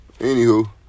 Anywho